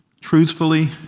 truthfully